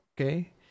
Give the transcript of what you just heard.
okay